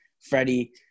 Freddie